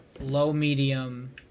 low-medium